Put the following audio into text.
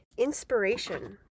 Inspiration